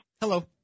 Hello